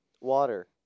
Water